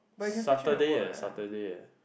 Saturday eh Saturday eh